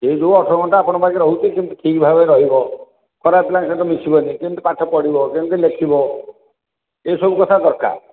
ସେଇ ଯେଉଁ ଅଠର ଘଣ୍ଟା ଆପଣଙ୍କ ପାଖରେ ରହୁଛି କେମିତି ଠିକ୍ ଭାବରେ ରହିବ ଖରାପ ପିଲାଙ୍କ ସହିତ ମିଶିବନି କେମିତି ପାଠ ପଢ଼ିବ କେମିତି ଲେଖିବ ଏଇ ସବୁ କଥା ଦରକାର